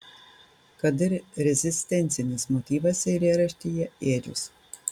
kad ir rezistencinis motyvas eilėraštyje ėdžios